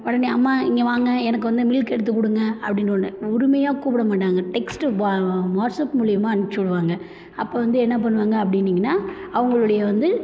உடனே அம்மா இங்கே வாங்க எனக்கு வந்து மில்க் எடுத்து கொடுங்க அப்படினோன்னே உரிமையாக கூப்புடா மாட்டாங்க டெக்ஸ்ட்டு வா வாட்ஸ்ஆப் மூலியமா அனுப்பிச்சிவுடுவாங்க அப்போ வந்து என்ன பண்ணுவாங்க அப்படின்னிங்கன்னா அவங்களுடைய வந்து